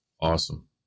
Awesome